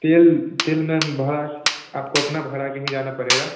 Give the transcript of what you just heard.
तेल तेल मैम भरा आपको अपना भरा कर ही जाना पड़ेगा